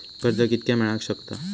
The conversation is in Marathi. कर्ज कितक्या मेलाक शकता?